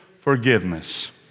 forgiveness